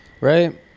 Right